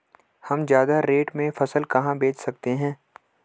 हम ज्यादा रेट में फसल कहाँ बेच सकते हैं?